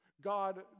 God